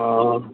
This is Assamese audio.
অঁ